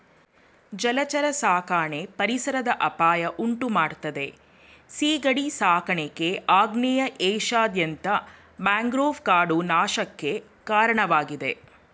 ಜಲಚರ ಸಾಕಣೆ ಪರಿಸರದ ಅಪಾಯ ಉಂಟುಮಾಡ್ತದೆ ಸೀಗಡಿ ಸಾಕಾಣಿಕೆ ಆಗ್ನೇಯ ಏಷ್ಯಾದಾದ್ಯಂತ ಮ್ಯಾಂಗ್ರೋವ್ ಕಾಡು ನಾಶಕ್ಕೆ ಕಾರಣವಾಗಿದೆ